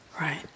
Right